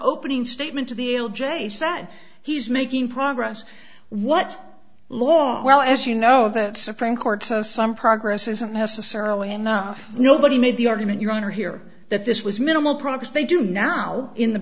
opening statement to the l j said he's making progress what law well as you know that supreme court says some progress isn't necessarily enough nobody made the argument your honor here that this was minimal progress they do now in the